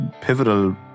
pivotal